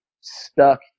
stuck